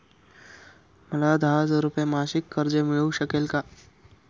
मला दहा हजार रुपये मासिक कर्ज मिळू शकेल का?